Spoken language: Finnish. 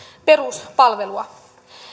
peruspalvelua